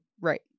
right